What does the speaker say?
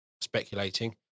speculating